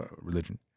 religion